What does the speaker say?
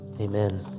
amen